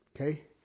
Okay